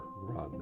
run